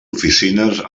oficines